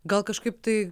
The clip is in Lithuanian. gal kažkaip tai